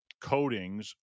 coatings